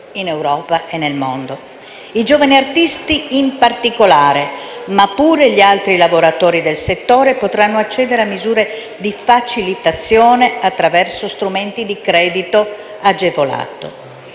in Europa e nel mondo. I giovani artisti in particolare, ma pure gli altri lavoratori del settore, potranno accedere a misure di facilitazione attraverso strumenti di credito agevolato.